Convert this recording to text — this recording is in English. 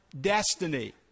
destiny